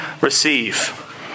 receive